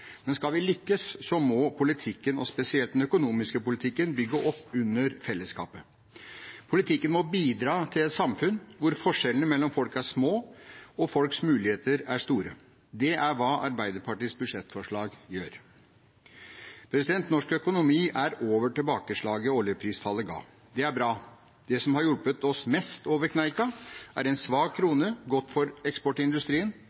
Men skal vi lykkes, må politikken – og spesielt den økonomiske politikken – bygge opp under fellesskapet. Politikken må bidra til et samfunn hvor forskjellene mellom folk er små og folks muligheter er store. Det er hva Arbeiderpartiets budsjettforslag gjør. Norsk økonomi er over tilbakeslaget oljeprisfallet ga. Det er bra. Det som har hjulpet oss mest over kneika, er en svak